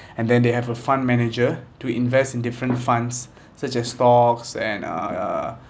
and then they have a fund manager to invest in different funds such as stocks and uh